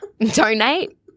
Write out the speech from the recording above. Donate